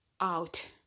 out